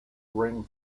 ring